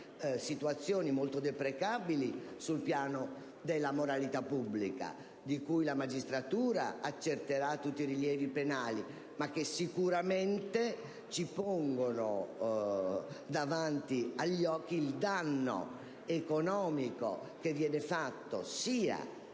situazioni molto deprecabili sul piano della moralità pubblica, di cui la magistratura accerterà tutti i rilievi penali, ma che sicuramente ci pongono davanti agli occhi il danno economico che si arreca sia